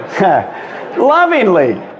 lovingly